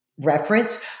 reference